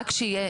שיהיה